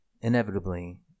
inevitably